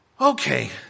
okay